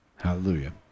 Hallelujah